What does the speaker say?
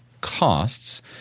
costs –